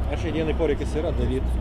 ar šiai dienai poreikis yra daryt